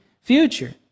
future